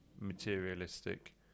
materialistic